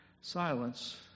silence